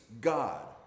God